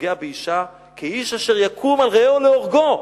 שפוגע באשה, כאיש אשר יקום על רעהו להורגו.